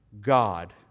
God